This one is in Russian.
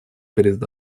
перед